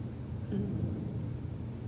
mm